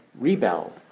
rebel